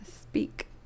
Speak